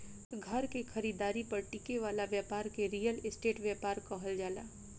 घर के खरीदारी पर टिके वाला ब्यपार के रियल स्टेट ब्यपार कहल जाला